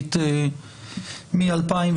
המקצועית מ-2015.